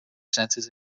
senses